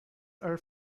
are